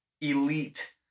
elite